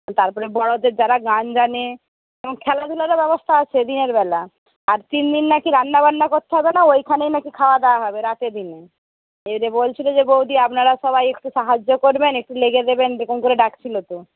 তারপরে বড়দের যারা গান জানে এবং খেলাধুলারও ব্যবস্থা আছে দিনের বেলা আর তিন দিন নাকি রান্না বান্না করতে হবে না ওইখানেই নাকি খাওয়া দাওয়া হবে রাতে দিনে এই যে বলছিল যে বৌদি আপনারা সবাই একটু সাহায্য করবেন একটু লেগে দেবেন করে ডাকছিল তো